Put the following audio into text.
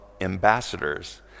ambassadors